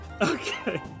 Okay